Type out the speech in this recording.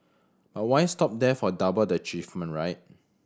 but why stop there for double the achievement right